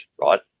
right